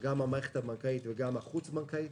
גם המערכת הבנקאית וגם החוץ-בנקאית.